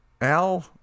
Al